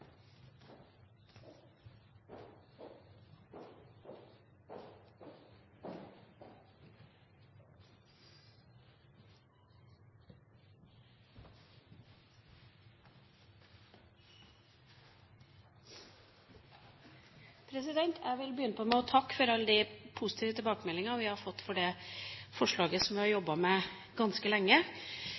viste til. Jeg vil begynne med å takke for alle de positive tilbakemeldingene vi har fått på dette forslaget, som vi har jobbet med ganske lenge,